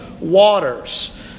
waters